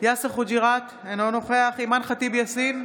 יאסר חוג'יראת, אינו נוכח אימאן ח'טיב יאסין,